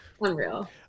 Unreal